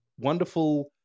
wonderful